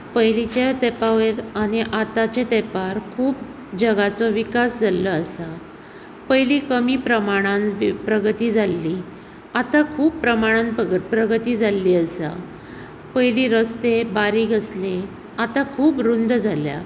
पयलींच्या तेंपा वयर आनी आतांच्या तेंपार खूब जगाचो विकास जाल्लो आसा पयलीं कमी प्रमाणान प्रगती जाल्ली आतां खूब प्रमाणान प्रगती जाल्ली आसा पयलीं रस्ते बारीक आसले आतां खूब रुंद जाल्या